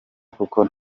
kuko